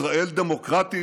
ישראל דמוקרטית,